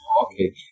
Okay